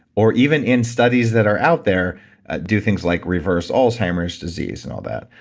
or even in studies that are out there do things like reverse alzheimer's disease and all that.